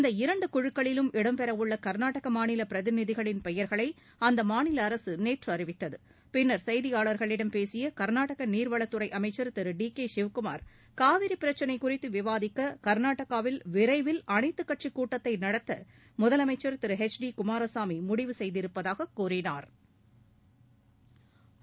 இந்த இரண்டு குழுக்களிலும் இடம்பெற உள்ள கள்நாடக மாநில பிரதிநிதிகளின் பெயர்களை அம்மாநில அரசு நேற்று அறிவித்தது பின்னர் செய்தியாளர்களிடம் பேசிய கர்நாடக நீர்வளத்துறை அமைச்சர் திரு டி கே சிவகுமார் காவிரி பிரச்சினைக் குறித்து விவாதிக்க கர்நாடகாவில் விரைவில் அனைத்துக்கட்சி கூட்டத்தை நடத்த முதலமைச்சா் திரு எச் டி குமாரசாமி முடிவு செய்திருப்பதாக கூறினாா்